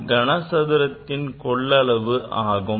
இதில் v கனசதுரத்தின் கொள்ளளவு ஆகும்